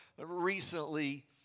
recently